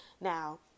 Now